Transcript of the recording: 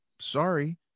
Sorry